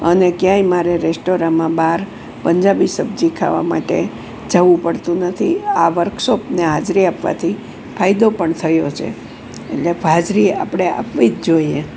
અને ક્યાંય મારે રેસ્ટોરમાં બહાર પંજાબી સબજી ખાવા માટે જવું પડતું નથી આ વર્કશોપને હાજરી આપવાથી ફાયદો પણ થયો છે એટલે હાજરી આપણે આપવી જ જોઈએ